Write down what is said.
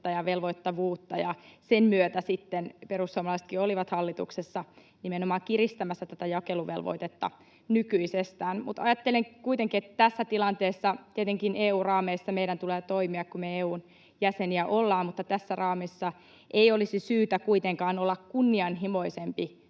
ja velvoittavuutta, ja sen myötä sitten perussuomalaisetkin olivat hallituksessa nimenomaan kiristämässä tätä jakeluvelvoitetta nykyisestään. Mutta ajattelen kuitenkin, että tässä tilanteessa meidän tulee toimia tietenkin EU-raameissa, kun me EU:n jäseniä ollaan, mutta tässä raamissa ei olisi syytä kuitenkaan olla kunnianhimoisempi